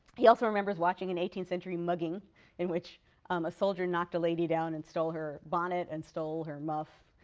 he also remembers watching an eighteenth-century mugging in which um a soldier knocked a lady down and stole her bonnet and stole her muff.